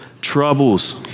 troubles